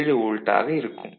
7 volt ஆக இருக்கும்